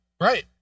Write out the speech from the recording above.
Right